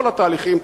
כל התהליכים,